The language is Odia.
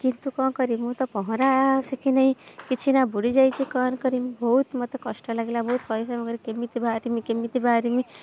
କିନ୍ତୁ ମୁଁ କ'ଣ କରିବି ମୁଁ ତ ପହଁରା ଶିଖିନାହିଁ କିଛିନା ବୁଡ଼ିଯାଇଛି କ'ଣ କରିବି ବହୁତ ମୋତେ ଭାରି କଷ୍ଟ ଲାଗିଲା ବହୁତ କହିଲି କେମିତି ବାହାରିବି କେମିତି ବାହାରିବି